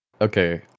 okay